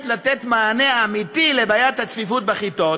לתת מענה אמיתי על בעיית הצפיפות בכיתות